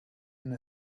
and